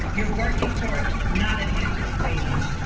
you're working for not a decent wage.